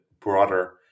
broader